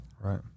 Right